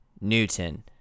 Newton